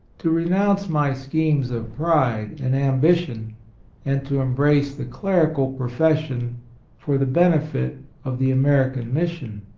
to re nounce my schemes of pride and ambition and to embrace the cleri cal profession for the benefit of the american mission.